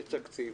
יהיה תקציב,